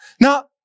Now